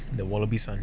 the wallaby sun